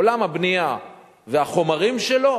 עולם הבנייה והחומרים שלו